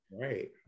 Right